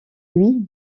lui